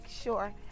sure